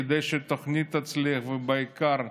כדי שהתוכנית תצליח, ובעיקר,